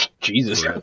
Jesus